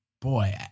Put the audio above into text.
boy